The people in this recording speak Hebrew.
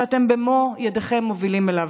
שאתם במו ידיכם מובילים אליו.